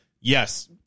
yes